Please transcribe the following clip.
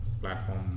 platform